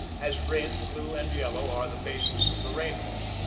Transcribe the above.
as red, blue, and yellow are the basis of the rainbow.